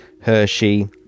hershey